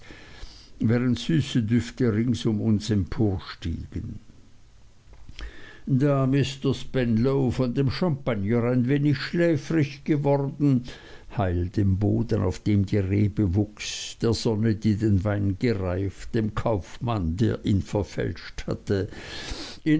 während süße düfte rings um uns emporstiegen da mr spenlow von dem champagner ein wenig schläfrig geworden heil dem boden auf dem die rebe wuchs der sonne die den wein gereift dem kaufmann der ihn verfälscht hatte